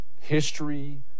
History